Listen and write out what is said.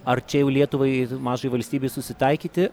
ar čia jau lietuvai mažai valstybei susitaikyti